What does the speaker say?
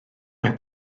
mae